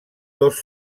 dos